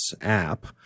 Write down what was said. app